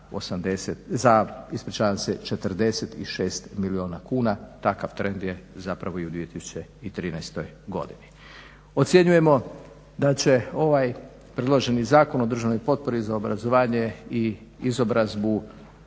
za ispričavam se, 46 milijuna kuna. Takav trend je zapravo i u 2013. godini. Ocjenjujemo da će ovaj predloženi Zakon o državnoj potpori za obrazovanje i izobrazbu